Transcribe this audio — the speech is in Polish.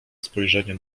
spojrzenie